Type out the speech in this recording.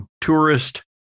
tourist